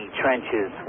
trenches